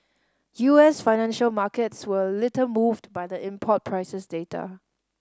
U S financial markets were little moved by the import prices data